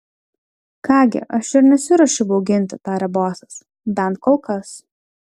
ką gi aš ir nesiruošiu bauginti tarė bosas bent kol kas